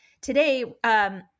today